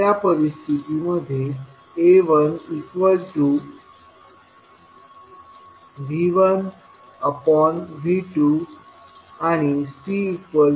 त्या परिस्थितीमध्ये AV1V2CI1V1 असेल